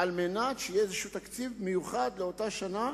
על מנת שיהיה במשרד הפנים איזה תקציב מיוחד לאותה שנה,